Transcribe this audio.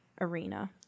arena